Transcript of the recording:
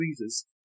readers